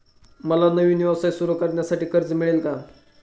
मला नवीन व्यवसाय सुरू करण्यासाठी कर्ज मिळेल का?